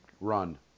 run